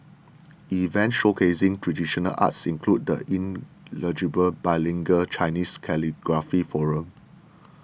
events showcasing traditional arts include the inaugural bilingual Chinese calligraphy forum